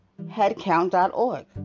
headcount.org